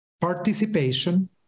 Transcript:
participation